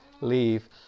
leave